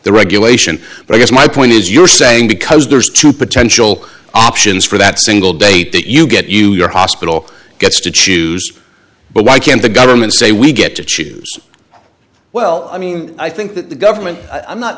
the regulation but i guess my point is you're saying because there's two potential options for that single date that you get you your hospital gets to choose but why can't the government say we get to choose well i mean i think that the government i'm not